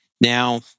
Now